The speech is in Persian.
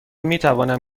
میتوانم